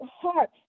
heart